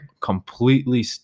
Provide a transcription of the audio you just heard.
completely